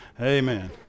Amen